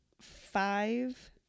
five